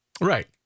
Right